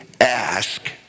ask